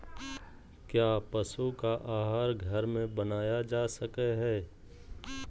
क्या पशु का आहार घर में बनाया जा सकय हैय?